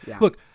look